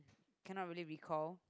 cannot really recall